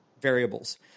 variables